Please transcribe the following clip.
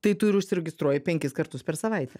tai tu ir užsiregistruoji penkis kartus per savaitę